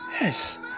Yes